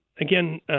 again